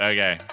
Okay